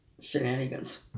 shenanigans